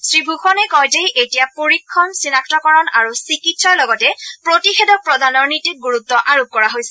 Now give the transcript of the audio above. শ্ৰীভূষণে কয় যে এতিয়া পৰীক্ষণ চিনাক্তকৰণ আৰু চিকিৎসাৰ লগতে প্ৰতিষেধক প্ৰদানৰ নীতিত গুৰুত্ব আৰোপ কৰা হৈছে